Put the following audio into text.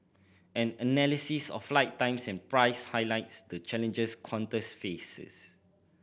an analysis of flight times and prices highlights the challenges Qantas faces